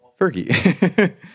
Fergie